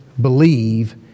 believe